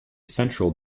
central